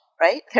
right